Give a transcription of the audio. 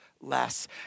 less